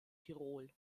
tirol